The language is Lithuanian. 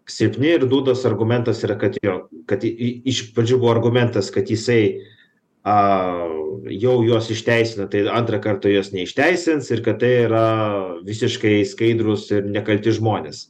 silpni ir dūdos argumentas yra kad jo kad į iš pradžių buvo argumentas kad jisai a jau juos išteisina tai antrą kartą juos neišteisins ir kad tai yra visiškai skaidrūs ir nekalti žmonės